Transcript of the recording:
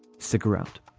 cigarette?